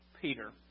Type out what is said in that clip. Peter